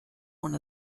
one